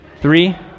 Three